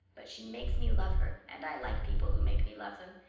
but she makes me love her and i like people who make me love them.